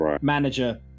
manager